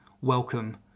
welcome